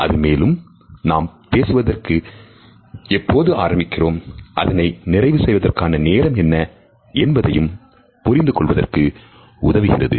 அது மேலும் நாம் பேசுவதற்கு எப்போது ஆரம்பிக்கிறோம் அதனை நிறைவு செய்வதற்கான நேரம் என்ன என்பதையும் புரிந்து கொள்வதற்கு உதவுகிறது